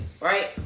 right